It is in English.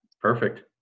Perfect